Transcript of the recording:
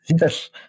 yes